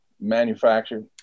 manufactured